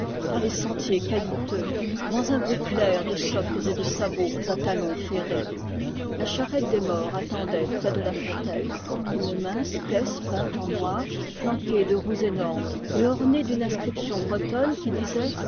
par les sentiers caillouteux dans un bruit clair de socques et de sabots à talons ferrés la charrette des morts attendait près de la fontaine une mince caisse peinte en noir flanquée de roues énormes et ornée d'une inscription bretonne qui disait